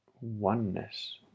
oneness